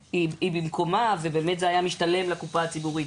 במקומה ובאמת זה היה משתלם לקופה הציבורית,